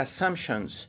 assumptions